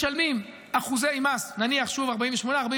משלמים אחוזי מס, נניח, שוב, 48%, 49%,